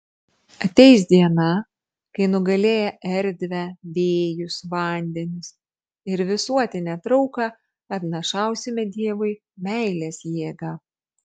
ateis diena kai nugalėję erdvę vėjus vandenis ir visuotinę trauką atnašausime dievui meilės jėgą